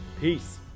peace